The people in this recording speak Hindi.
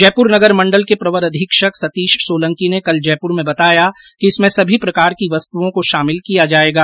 जयपुर नगर मण्डल के प्रवर अधीक्षक सतीश सोलंकी ने कल जयपुर में बताया कि इसमें सभी प्रकार की वस्तुओं को शामिल किया जायेगा